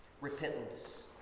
Repentance